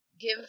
give